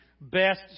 Best